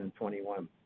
2021